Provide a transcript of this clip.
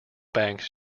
banks